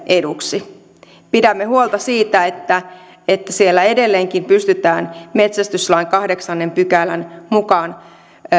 eduksi pidämme huolta siitä että että siellä edelleenkin pystyvät metsästyslain kahdeksannen pykälän mukaan